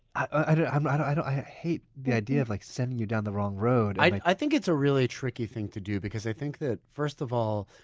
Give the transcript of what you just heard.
i hate the idea of like sending you down the wrong road i think it's a really tricky thing to do because i think that, first of all.